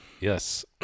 Yes